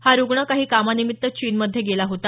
हा रुग्ण काही कामानिमित्त चीनमध्ये गेला होता